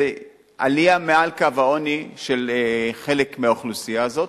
זאת אומרת עלייה מעל קו העוני של חלק מהאוכלוסייה הזאת,